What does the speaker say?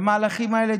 והמהלכים האלה,